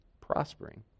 prospering